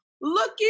looky